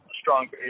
strong